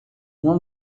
uma